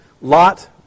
Lot